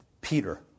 Peter